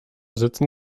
sitzen